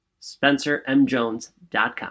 SpencerMJones.com